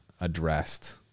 addressed